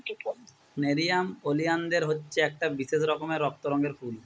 nerium oleander হচ্ছে একটা বিশেষ রকমের রক্ত রঙের ফুল